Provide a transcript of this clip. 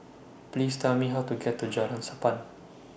Please Tell Me How to get to Jalan Sappan